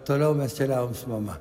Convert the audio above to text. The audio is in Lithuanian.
toliau mes keliavom su mama